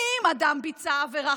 אם אדם ביצע עבירה,